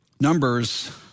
Numbers